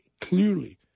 clearly